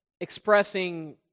expressing